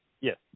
Yes